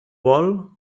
vol